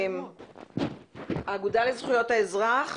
האגודה לזכויות האזרח.